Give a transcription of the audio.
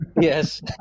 Yes